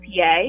PA